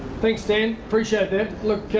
thanks, dan, appreciate that. look,